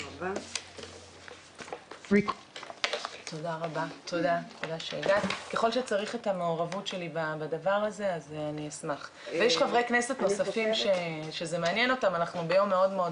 הישיבה ננעלה בשעה 11:54.